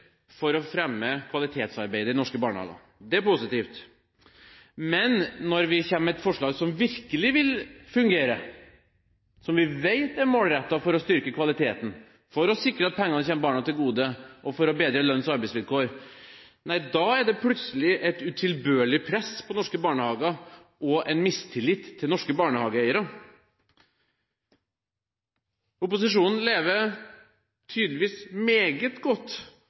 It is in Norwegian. for å fremme kvalitetsarbeidet i norske barnehager. Det er positivt. Men når vi kommer med et forslag som virkelig vil fungere, som vi vet er målrettet for å styrke kvaliteten, for å sikre at pengene kommer barna til gode, og for å bedre lønns- og arbeidsvilkår, er det plutselig et utilbørlig press på norske barnehager og en mistillit til norske barnehageeiere. Opposisjonen lever tydeligvis meget godt